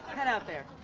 head out there,